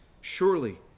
Surely